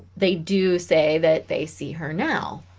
they do say that they see her now